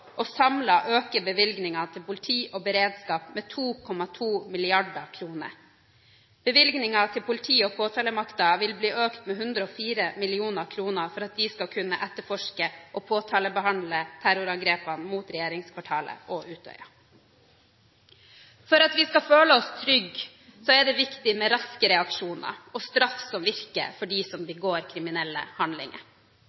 å samlet øke bevilgningen til politi og beredskap med 2,2 mrd. kr. Bevilgningen til politiet og påtalemakten vil bli økt med 104 mill. kr for at de skal kunne etterforske og påtalebehandle terrorangrepene mot regjeringskvartalet og Utøya. For at vi skal føle oss trygge, er det viktig med raske reaksjoner og straff som virker, for dem som